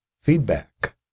feedback